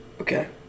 Okay